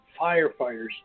firefighters